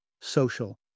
Social